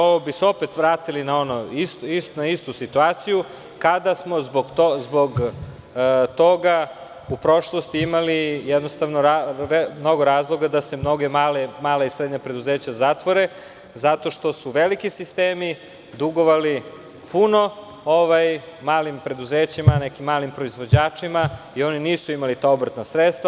Ovim bi se opet vratili na istu situaciju kada smo zbog toga u prošlosti imali mnogo razloga da se mala i srednja preduzeća zatvore zato što su veliki sistemi dugovali puno malim preduzećima, malim proizvođačima i oni nisu imali ta obrtna sredstva.